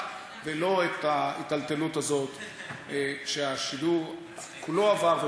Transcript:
ולא את ההיטלטלות הזאת שהשידור כולו עבר,